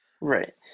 Right